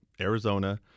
Arizona